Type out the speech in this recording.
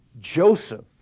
Joseph